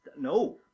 No